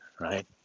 right